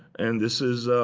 and this is,